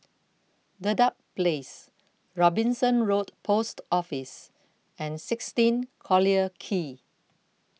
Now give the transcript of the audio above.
Dedap Place Robinson Road Post Office and sixteen Collyer Quay